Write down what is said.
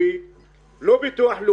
לא ביטוח רפואי,